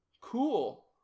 Cool